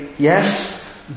Yes